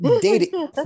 dating